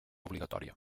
obligatòria